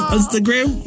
Instagram